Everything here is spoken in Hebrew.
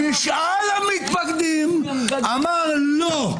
משאל המתפקדים אמר לא.